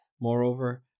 Moreover